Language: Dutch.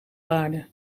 aarde